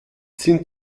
sind